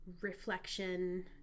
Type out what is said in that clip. reflection